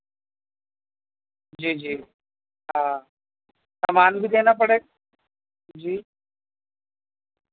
جی جی ہاں سامان بھی دینا پڑے جی